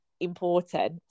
important